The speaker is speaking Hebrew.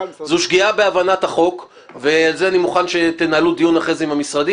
זו שגיאה בהבנת החוק ועל זה אני מוכן שתנהלו דיון אחרי זה עם המשרדים.